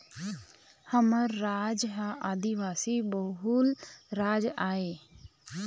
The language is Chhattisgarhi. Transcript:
हमर राज ह आदिवासी बहुल राज आय